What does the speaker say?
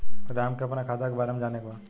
राम के अपने खाता के बारे मे जाने के बा?